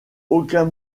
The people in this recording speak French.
aucun